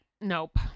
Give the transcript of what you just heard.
nope